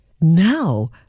Now